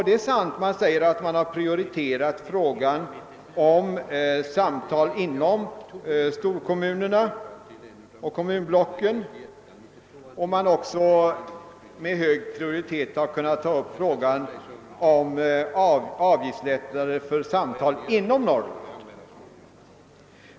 Det är sant — verket säger att man har prioriterat frågan om samtal inom storkommunerna och kommunblocken och med hög prioritet har tagit upp frågan om avgiftslättnader för samtal inom Norrland.